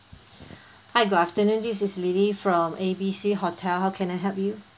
one two three clap hi good afternoon this is lily from A B C hotel how can I help you